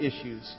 issues